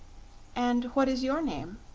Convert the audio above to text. and what is your name?